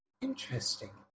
Interesting